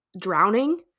drowning